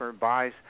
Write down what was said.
buys